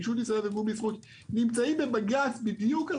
נגישות ישראל וארגון בזכות נמצאים במגע בדיוק על